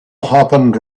happened